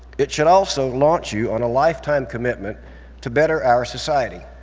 it should also launch you on lifetime commitment to better our society.